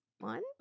One